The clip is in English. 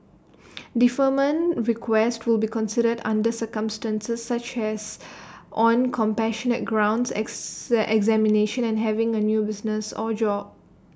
deferment requests will be considered under circumstances such as on compassionate grounds ex examinations and having A new business or job